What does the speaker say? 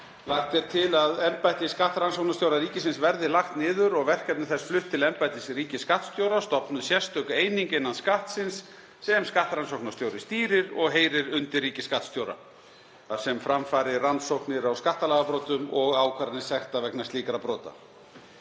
Lagt er til að embætti skattrannsóknarstjóra ríkisins verði lagt niður og verkefni þess flutt til embættis ríkisskattstjóra. Stofnuð verði sérstök eining innan Skattsins, sem skattrannsóknarstjóri stýrir og heyrir undir ríkisskattstjóra, þar sem fram fari rannsóknir á skattalagabrotum og ákvarðanir sekta vegna slíkra brota.